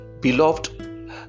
Beloved